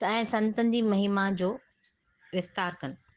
तव्हांजे संतनि जी महिमा जो विस्तारु कनि